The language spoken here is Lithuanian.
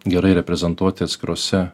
gerai reprezentuoti atskiruose